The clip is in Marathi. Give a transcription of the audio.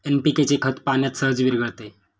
एन.पी.के खत पाण्यात सहज विरघळते